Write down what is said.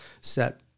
set